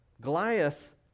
Goliath